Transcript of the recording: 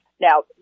Now